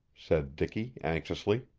said dicky anxiously.